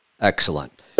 Excellent